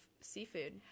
seafood